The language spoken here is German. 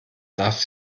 darf